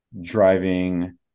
driving